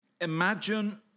imagine